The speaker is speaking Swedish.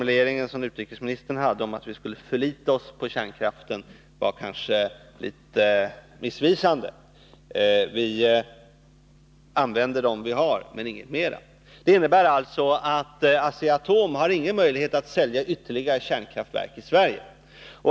Det gör kanske att utrikesministerns formulering om att vi skulle förlita oss på kärnkraften var något missvisande. Vi använder de kärnkraftverk vi har, men det blir inte några flera. Det innebär alltså att Asea-Atom inte har någon möjlighet att sälja ytterligare kärnkraftverk i Sverige.